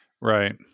right